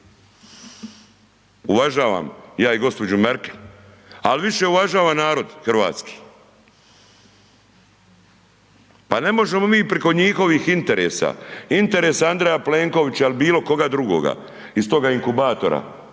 Uvažavam ja i gospođu Merkel, al više uvažavam narod hrvatski. Pa ne možemo mi preko njihovih interesa, interesa Andreja Plenkovića ili bilo koga drugoga iz toga inkubatora